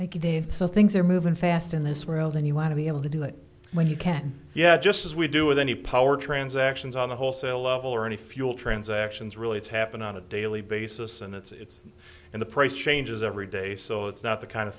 you dave so things are moving fast in this world and you want to be able to do it when you can yeah just as we do with any power transactions on the wholesale level or any fuel transactions really it's happen on a daily basis and it's in the price changes every day so it's not the kind of